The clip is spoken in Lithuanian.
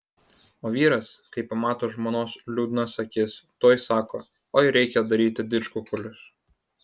o vyras kai pamato žmonos liūdnas akis tuoj sako oi reikia daryti didžkukulius